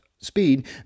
speed